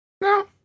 No